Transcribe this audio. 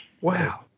Wow